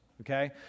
okay